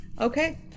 Okay